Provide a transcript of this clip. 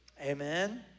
Amen